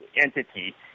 entity